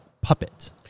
puppet